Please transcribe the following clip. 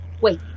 Wait